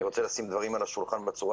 אני רוצה לשים דברים על השולחן בצורה